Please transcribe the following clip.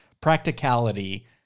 Practicality